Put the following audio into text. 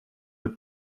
the